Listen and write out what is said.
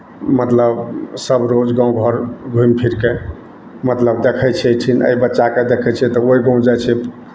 मतलब सभ रोज गाँव घर घुमि फिरि कऽ मतलब देखै छै एहिठिन एहि बच्चाकेँ देखै छै तऽ ओहि गाँव जाइ छै